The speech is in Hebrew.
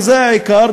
וזה העיקר,